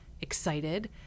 excited